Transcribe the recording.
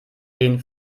gehen